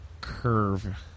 curve